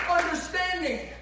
understanding